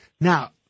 Now